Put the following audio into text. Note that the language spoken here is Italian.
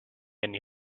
anni